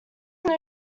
new